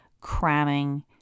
cramming